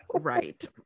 right